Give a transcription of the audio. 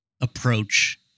approach